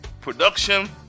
production